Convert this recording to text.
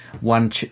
one